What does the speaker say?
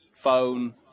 phone